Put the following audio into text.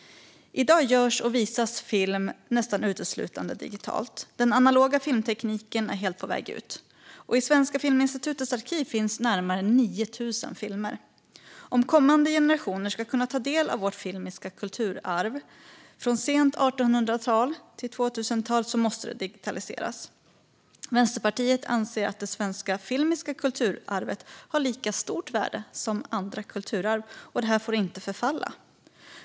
I dag görs och visas film nästan uteslutande digitalt. Den analoga filmtekniken är helt på väg ut. I Svenska Filminstitutets arkiv finns närmare 9 000 filmer. Om kommande generationer ska kunna ta del av vårt filmiska kulturarv, från sent 1800-tal till 2000-tal, måste det digitaliseras. Vänsterpartiet anser att det svenska filmiska kulturarvet har lika stort värde som andra kulturarv och inte får förfalla.